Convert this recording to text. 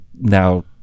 now